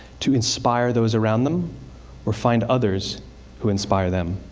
to inspire those around them or find others who inspire them.